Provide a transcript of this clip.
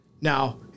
Now